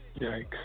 Yikes